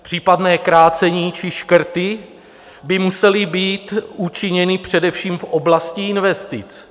Případné krácení či škrty by musely být učiněny především v oblasti investic.